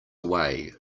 away